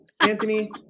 Anthony